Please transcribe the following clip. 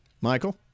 Michael